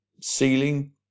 ceiling